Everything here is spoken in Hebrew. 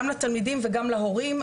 גם לתלמידים וגם להורים,